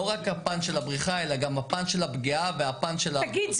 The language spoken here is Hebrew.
לא רק הפן של הבריחה אלא גם הפן של הפגיעה והפן של --- הראל,